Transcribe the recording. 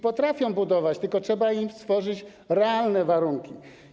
Potrafią budować, tylko trzeba im stworzyć realne warunki.